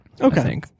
Okay